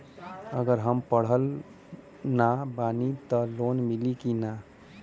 अगर हम पढ़ल ना बानी त लोन मिली कि ना?